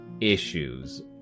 issues